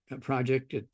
project